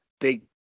big